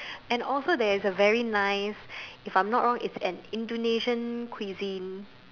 and also there's a very nice if I'm not wrong an Indonesian cuisine